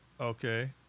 Okay